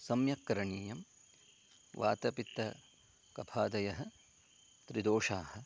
सम्यक् करणीयं वातपित्तकफादयः त्रिदोषाः